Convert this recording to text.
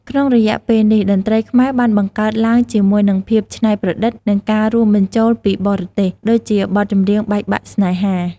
ក្នុងរយៈពេលនេះ តន្ត្រីខ្មែរបានបង្កើតឡើងជាមួយនឹង ភាពច្នៃប្រឌិត និងការរួមបញ្ចូលពីបរទេស ដូចជាបទចម្រៀងបែកបាក់ស្នេហា។